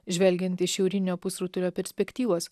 žvelgiant iš šiaurinio pusrutulio perspektyvos